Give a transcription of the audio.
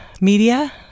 media